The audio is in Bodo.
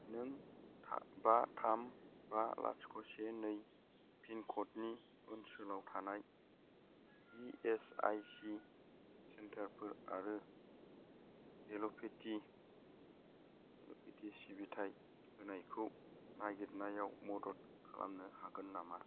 नों बा थाम बा लाथिख' से नै पिनक'डनि ओनसोलाव थानाय इ एस आइ सि सेन्टारफोर आरो एल'पेथि सिबिथाय होनायखौ नागिरनायाव मदद खालामनो हागोन नामा